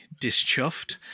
dischuffed